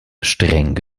streng